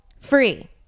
Free